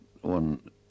one